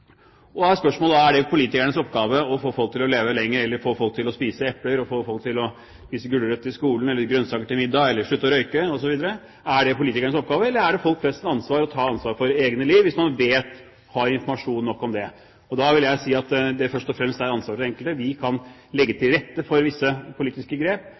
Spørsmålet er: Er det politikernes oppgave å få folk til å leve lenger, få folk til å spise epler, få folk til å spise gulrøtter i skolen eller grønnsaker til middag eller få folk til å slutte å røyke osv.? Er dette politikernes oppgave, eller er det folk flest som må ta ansvar for egne liv, hvis man har informasjon nok om dette? Da vil jeg si at det først og fremst er ansvaret til den enkelte. Vi kan legge til rette for visse politiske grep,